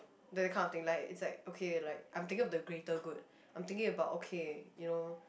that kind of thing right it's like okay like I'm thinking of the greater good I'm thinking about okay you know